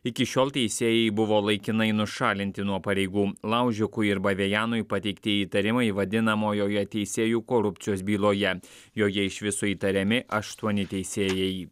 iki šiol teisėjai buvo laikinai nušalinti nuo pareigų laužikui ir bavėjanui pateikti įtarimai vadinamojoje teisėjų korupcijos byloje joje iš viso įtariami aštuoni teisėjai